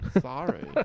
Sorry